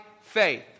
faith